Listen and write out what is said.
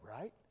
right